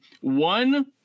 one